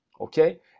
Okay